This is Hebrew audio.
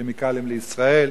"כימיקלים לישראל",